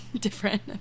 different